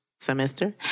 semester